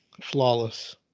flawless